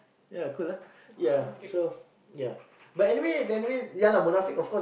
ya cool ah ya so ya but anyway anyway ya lah Munafik of course